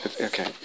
Okay